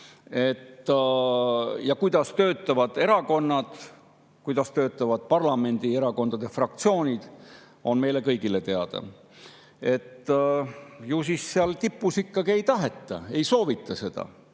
Kuidas töötavad erakonnad, kuidas töötavad parlamendierakondade fraktsioonid, on meile kõigile teada. Ju siis seal tipus ikkagi ei taheta, ei soovita seda.